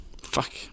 Fuck